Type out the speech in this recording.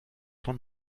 von